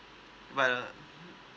but uh